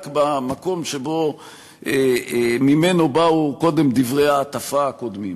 במקום שממנו באו קודם דברי ההטפה הקודמים.